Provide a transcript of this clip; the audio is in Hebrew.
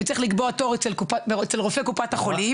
הוא צריך לקבוע תור אצל רופא קופת החולים,